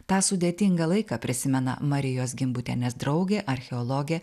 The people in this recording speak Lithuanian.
tą sudėtingą laiką prisimena marijos gimbutienės draugė archeologė